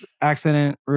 accident